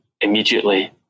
immediately